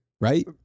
Right